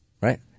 Right